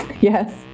Yes